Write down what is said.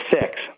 six